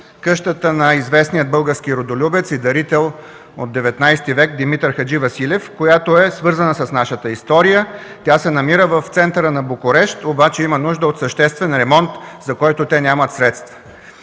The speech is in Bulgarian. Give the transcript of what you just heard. къщата на известния български родолюбец и дарител от ХІХ век Димитър Хадживасилев, която е свързана с нашата история. Тя се намира в центъра на Букурещ, обаче има нужда от съществен ремонт, за който те нямат средства.